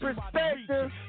perspective